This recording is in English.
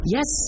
Yes